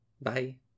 Bye